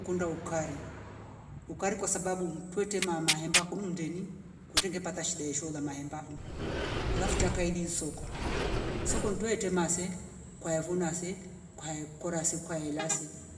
Kunda ukari ukari kwasabu mtwetwa mama hemba kunumndeni kwerenge pata shida mahembafu alafu chakaidi isoko, soko ntwete mase kwayavuna se kwaye kora se kwaelasi.